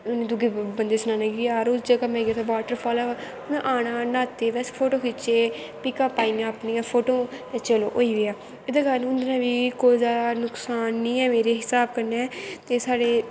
उन दुऐ बंदे गी सनाना जार उस जगा में गेदा हा बॉटर फॉल ऐ उनैं आनां न्हाते बस फोटो खिच्चे पिक्कां पाईयां अपने फोटो ते चलो इंदैं कारन कुदै नुकसान नी ऐ मेरे हिसाव नै कि साढ़े